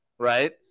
Right